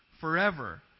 forever